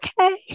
Okay